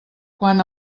quan